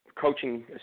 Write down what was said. coaching